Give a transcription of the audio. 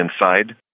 inside